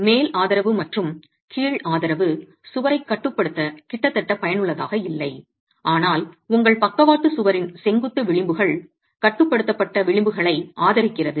மேல் ஆதரவு மற்றும் கீழ் ஆதரவு சுவரைக் கட்டுப்படுத்த கிட்டத்தட்ட பயனுள்ளதாக இல்லை ஆனால் உங்கள் பக்கவாட்டு சுவரின் செங்குத்து விளிம்புகள் கட்டுப்படுத்தப்பட்ட விளிம்புகளை ஆதரிக்கிறது